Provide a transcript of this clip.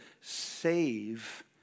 save